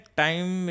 time